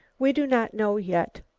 we do not know yet.